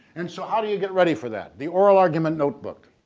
and so how do you get ready for that, the oral argument notebook?